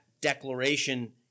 declaration